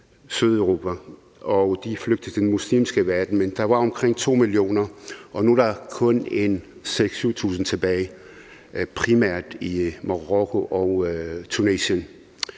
Sydeuropa til den muslimske verden – men der var altså omkring 2 millioner. Nu er der kun er omkring 6.000-7.000 tilbage, primært i Marokko og Tunesien.